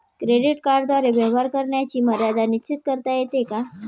Credit कार्डद्वारे व्यवहार करण्याची मर्यादा निश्चित करता येते का?